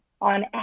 on